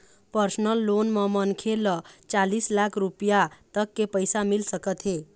personal loan म मनखे ल चालीस लाख रूपिया तक के पइसा मिल सकत हे